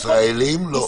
ישראלים לא.